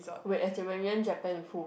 wait as in when we went Japan with who